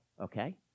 okay